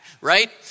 right